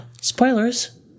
spoilers